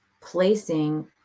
placing